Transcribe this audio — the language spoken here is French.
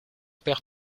père